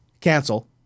Cancel